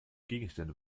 gegenstände